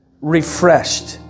refreshed